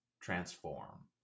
transform